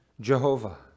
Jehovah